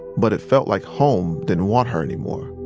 but it felt like home didn't want her anymore.